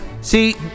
See